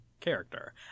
character